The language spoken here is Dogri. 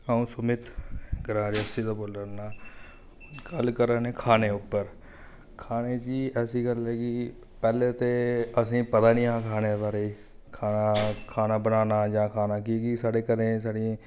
अऊं सुमित ग्रांऽ रियासी दा बोल्ला ना गल्ल करै ने खाने उप्पर खाने दी ऐसी गल्ल ऐ कि पैह्लें ते असें ई पता निं हा खाने दे बारै खाना खाना बनाना जां खाना क्योंकि साढ़े घरें ई